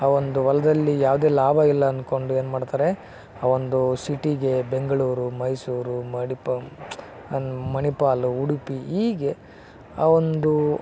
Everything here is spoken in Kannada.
ಆ ಒಂದು ಹೊಲ್ದಲ್ಲಿ ಯಾವುದೆ ಲಾಭ ಇಲ್ಲ ಅಂದ್ಕೊಂಡು ಏನು ಮಾಡ್ತಾರೆ ಆ ಒಂದು ಸಿಟಿಗೆ ಬೆಂಗಳೂರು ಮೈಸೂರು ಮಡಿಪ ಮಣಿಪಾಲ್ ಉಡುಪಿ ಹೀಗೆ ಆ ಒಂದು